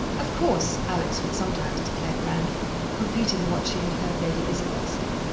of course, alex would sometimes declare grandly, repeating what she had heard lady isabel say,